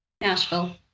Nashville